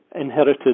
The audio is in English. inherited